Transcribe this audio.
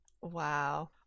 Wow